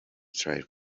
tried